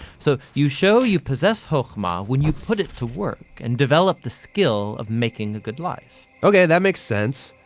so, you show you possess chokhmah when you put it to work and develop the skill of making a good life. okay, that makes sense.